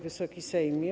Wysoki Sejmie!